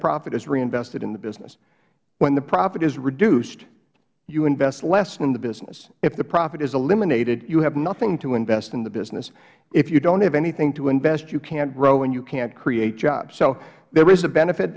profit is reinvested in the business when the profit is reduced you invest less in the business if the profit is eliminated you have nothing to invest in the business if you don't have anything to invest you can't grow and you can't create jobs so there is a benefit